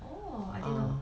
oh I didn't know